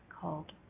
called